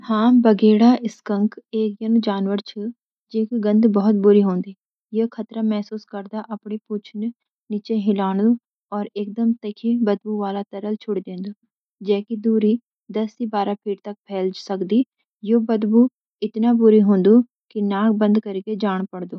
हां, बघेड़ा (स्कंक) एक यनु जनावर छ जिकुं गंध बहोत बूरो हुंदु। यो खतरो महसुस करदा अपणी पूछ्यूं नीचे हळाऊंदु और एकदम तीखि बदबू वाला तरल छोड़ी देन्दु, जे कि दुरी दस - बारह फीट तक फैल सक्दु। यो बदबू इतना बूरो हुंदु नाक बंद करि के जाण पड़न्दु।